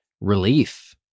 relief